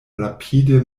rapide